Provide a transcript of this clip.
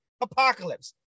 apocalypse